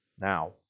now